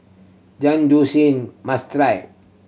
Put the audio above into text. jian must try